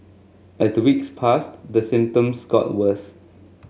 as the weeks passed the symptoms got worse